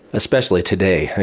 especially today,